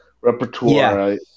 repertoire